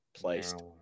Placed